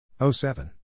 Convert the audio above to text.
07